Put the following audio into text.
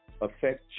affect